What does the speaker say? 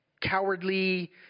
cowardly